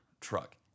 truck